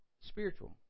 spiritual